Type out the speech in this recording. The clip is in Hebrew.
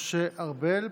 משה ארבל.